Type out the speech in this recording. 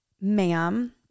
ma'am